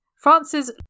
France's